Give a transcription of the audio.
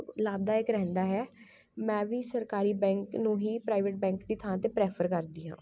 ਲਾਭਦਾਇਕ ਰਹਿੰਦਾ ਹੈ ਮੈਂ ਵੀ ਸਰਕਾਰੀ ਬੈਂਕ ਨੂੰ ਹੀ ਪ੍ਰਾਈਵੇਟ ਬੈਂਕ ਦੀ ਥਾਂ 'ਤੇ ਪ੍ਰੈਫਰ ਕਰਦੀ ਹਾਂ